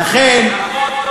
לכן,